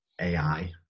AI